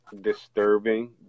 disturbing